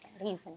Reason